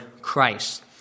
Christ